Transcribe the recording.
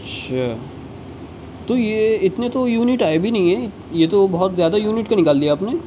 اچھا تو یہ اتنے تو یونٹ آئے بھی نہیں ہیں یہ تو بہت زیادہ یونٹ کا نکال دیا آپ نے